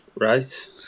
Right